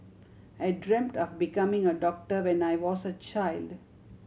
I dreamt of becoming a doctor when I was a child